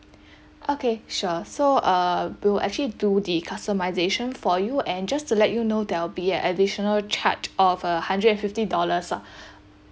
okay sure so uh we'll actually do the customization for you and just to let you know there'll be an additional charge of a hundred and fifty dollars lah